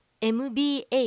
MBA